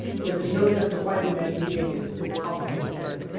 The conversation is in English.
so this notion of supply and demand meeting is is a complicated thing.